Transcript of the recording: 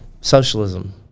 socialism